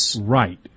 right